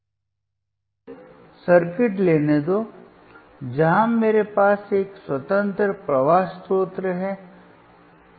मुझे सर्किट लेने दो जहां मेरे पास एक स्वतंत्र प्रवाह स्रोत है